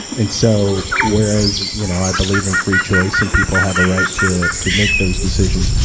and so whereas you know i believe in free choice and people have a right to to make those decisions,